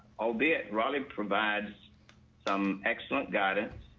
albeit rollin provides some excellent guidance.